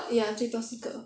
ya 最多四个